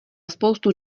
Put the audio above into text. spoustu